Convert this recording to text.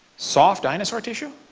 soft dinosaur tissue?